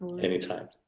anytime